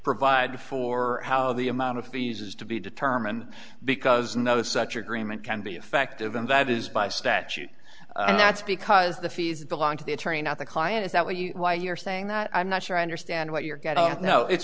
provide for how the amount of fees is to be determined because no such agreement can be effective and that is by statute and that's because the fees belong to the attorney not the client is that what you why you're saying that i'm not sure i understand what you're